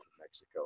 Mexico